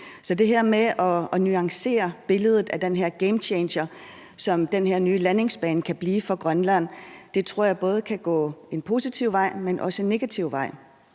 Så det er det med et nuancere billedet af den her gamechanger, som den her nye landingsbane kan blive til for Grønland; det tror jeg både kan gå en positiv vej, men også en negativ vej.